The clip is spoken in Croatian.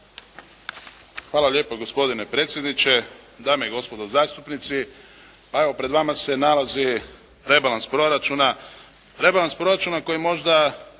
Hvala gospodine predsjedniče, dame i gospodo zastupnici, evo pred vama se nalazi rebalans proračuna, rebalans proračuna koji možda